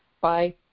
Bye